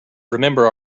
remember